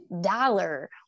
dollar